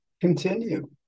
continue